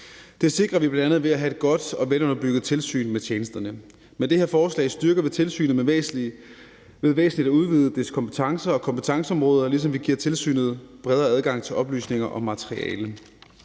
Det sikrer vi bl.a. ved at have et godt og velunderbygget tilsyn med tjenesterne. Med det her forslag styrker vi tilsynet ved væsentligt at udvide dets kompetencer og kompetenceområde, ligesom vi giver tilsynet bredere adgang til oplysninger og materiale.